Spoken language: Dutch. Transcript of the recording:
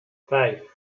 vijf